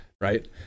right